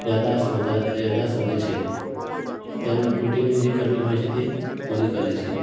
યાદદાસ્ત વધા યાદદાસ્ત વધે છે તેમજ પ્રોટિનની જે કમી હોય છે તે પૂરી કરે છે